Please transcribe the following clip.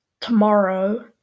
tomorrow